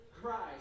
Christ